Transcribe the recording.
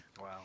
Wow